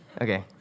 Okay